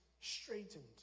straightened